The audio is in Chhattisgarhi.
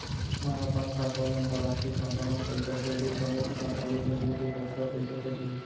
मै ह अपन खाता ले, अंतरराष्ट्रीय खाता मा पइसा भेजहु त मोर खाता ले, भेजे के कतका पइसा कटही?